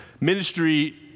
Ministry